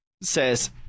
says